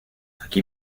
aquí